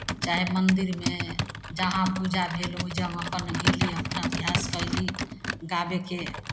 चाहे मन्दिरमे जहाँ पूजा भेल ओहि जगहपर गेली अपना अभ्यास कयली गाबयके